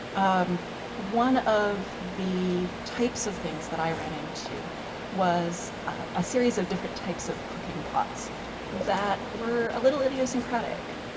um one of the types of things that i ran into was a series of different types of cooking pots that were a little idiosyncratic.